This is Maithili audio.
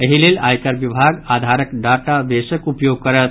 एहि लेल आयकर विभाग आधारक डाटा बेसक उपयोग करत